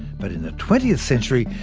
but in the twentieth century,